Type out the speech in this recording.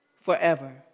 forever